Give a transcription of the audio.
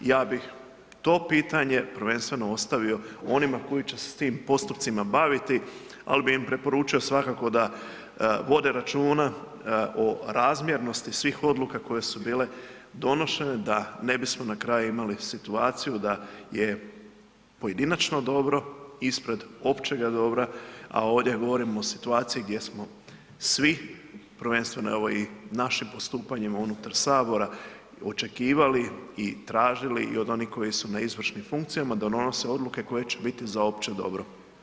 Ja bih to pitanje prvenstveno ostavio onima koji će se s tim postupcima baviti, ali bi im preporučio svakako da vode računa o razmjernosti svih odluka koje su bile donošene da ne bismo na kraju imali situaciju da je pojedinačno dobro, ispred općega dobra, a ovdje govorimo o situaciji gdje smo svi, prvenstveno evo i našim postupanjima unutar sabora očekivali i tražili i od onih koji su na izvršnim funkcijama da donose odluke koje će biti za opće dobro.